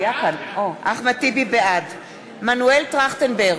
בעד מנואל טרכטנברג,